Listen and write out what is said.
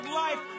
life